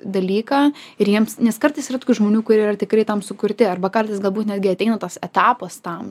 dalyką ir jiems nes kartais yra tokių žmonių kurie yra tikrai tam sukurti arba kartais galbūt netgi ateina tas etapas tam